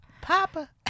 Papa